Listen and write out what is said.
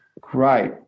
Great